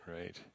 right